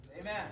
Amen